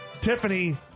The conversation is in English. Tiffany